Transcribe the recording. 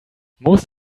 most